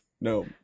No